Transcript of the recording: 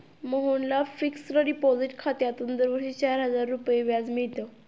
मोहनला fixed deposit खात्यातून दरवर्षी चार हजार रुपये व्याज मिळते